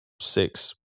six